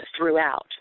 throughout